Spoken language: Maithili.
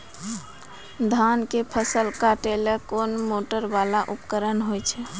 धान के फसल काटैले कोन मोटरवाला उपकरण होय छै?